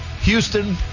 Houston